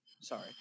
sorry